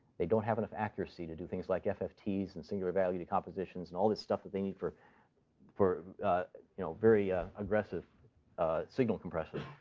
they don't have enough accuracy to do things like ffts and singular-value decompositions and all this stuff that they need for for you know very ah aggressive signal compression.